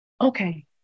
Okay